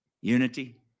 Unity